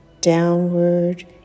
downward